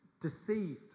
deceived